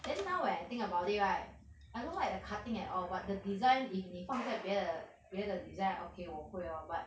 then now when I think about it right I don't like the cutting at all but the design if 你放在别的别的 design okay 我会 lor but